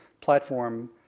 platform